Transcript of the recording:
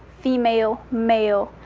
female, male.